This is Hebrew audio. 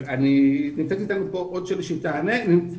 נמצאת אתנו שלי כהן והיא תוכל לענות.